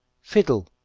Fiddle